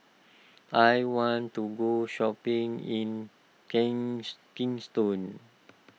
I want to go shopping in kings Kingston